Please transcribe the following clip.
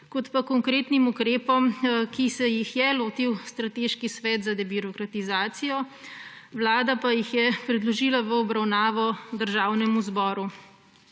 kot pa konkretnim ukrepom, ki se jih je lotil Strateški svet za debirokratizacijo, Vlada pa jih je predložila v obravnavo Državnemu zboru.